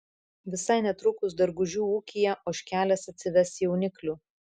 visai netrukus dargužių ūkyje ožkelės atsives jauniklių